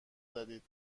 زدید